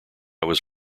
was